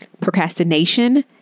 procrastination